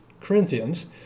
Corinthians